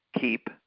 keep